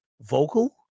vocal